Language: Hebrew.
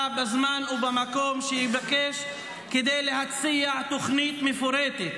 בזמן ובמקום שיבקש כדי להציע תוכנית מפורטת,